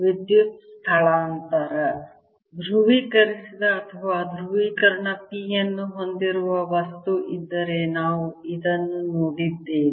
ವಿದ್ಯುತ್ ಸ್ಥಳಾಂತರ ಧ್ರುವೀಕರಿಸಿದ ಅಥವಾ ಧ್ರುವೀಕರಣ P ಅನ್ನು ಹೊಂದಿರುವ ವಸ್ತು ಇದ್ದರೆ ನಾವು ಇದನ್ನು ನೋಡಿದ್ದೇವೆ